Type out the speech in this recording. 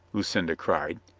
lucinda cried.